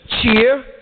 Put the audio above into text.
cheer